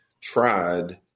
tried